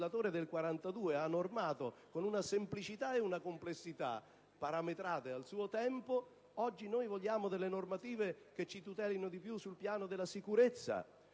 il legislatore del '42 ha normato con una semplicità e una complessità parametrate al suo tempo, oggi vogliamo delle normative che ci tutelino di più sul piano della sicurezza,